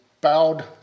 bowed